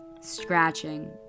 scratching